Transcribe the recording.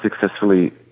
successfully